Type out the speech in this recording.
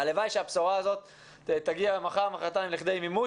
הלוואי שהבשורה הזאת תגיע מחר מוחרתיים לכדי מימוש